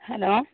hello